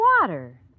water